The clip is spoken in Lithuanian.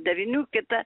devynių kita